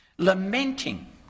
Lamenting